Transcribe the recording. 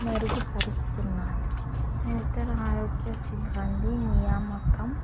మెరుగుపరుస్తున్నాయి నూతన ఆరోగ్య సిబ్బంది నియామకం